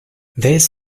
this